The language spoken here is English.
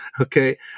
Okay